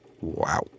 Wow